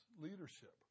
leadership